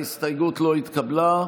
ההסתייגות לא התקבלה.